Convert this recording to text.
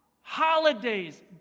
holidays